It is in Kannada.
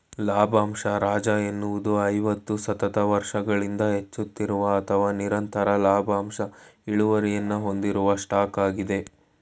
ಲಾಭಂಶ ರಾಜ ಎನ್ನುವುದು ಐವತ್ತು ಸತತ ವರ್ಷಗಳಿಂದ ಹೆಚ್ಚುತ್ತಿರುವ ಅಥವಾ ನಿರಂತರ ಲಾಭಾಂಶ ಇಳುವರಿಯನ್ನ ಹೊಂದಿರುವ ಸ್ಟಾಕ್ ಆಗಿದೆ